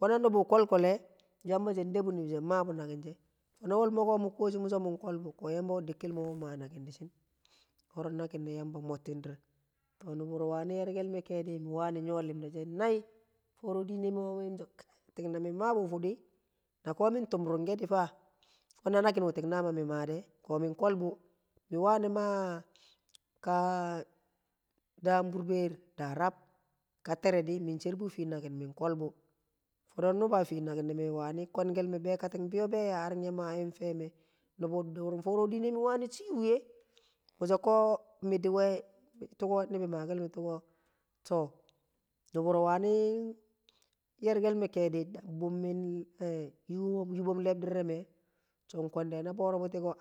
We na nubu kolkol le yamba she debu nuburo mabu nakin she ko walmo ko mu koshi mu so mung ko̱lbu̱ ko yamba we dekel mo maa nakin di̱shi̱ wo̱ro̱ nakin ne yamba mottin di̱r to nu̱buro wani ye̱rke̱l me ke̱e̱di̱ me wane̱ nyo̱ li̱mda she̱ nai fo̱ro̱ dine mu yang ye̱shi mi̱ sho̱ ti̱n ko̱ mi̱n ti̱b ru̱ngke̱ di fa weh na nakin wu̱ ti̱ng mami̱ maa de ko min kolbu mi wani maa ka daam burber daa rab ka tere di mi̱n she̱rbu̱ a fii naki̱n, fo̱no̱ nu̱ba fii nakin ne̱ me̱ wani̱ kwe̱ke̱l me be̱ kattin bee be yaa ringye ma yim fe̱me̱ nu̱bu̱ du̱rum fo̱ro̱ di̱ne̱ mi wani̱ chi̱-wuye mi so ko̱ mi di we̱ tu̱ko̱ ni̱bi̱ maa kel me̱ tuuko to nu̱bu̱ro̱ wani ye̱rke̱l me ke̱di̱ bu̱b yi̱bomo̱ le̱bdi̱r le̱ me̱ so kwe̱nde̱